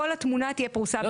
שכל התמונה תהיה פרוסה בפניהם.